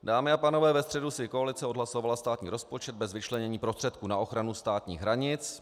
Dámy a pánové, ve středu si koalice odhlasovala státní rozpočet bez vyčlenění prostředků na ochranu státních hranic.